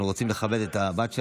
אנחנו רוצים לכבד את הבת שלך.